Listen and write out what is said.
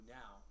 now